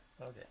okay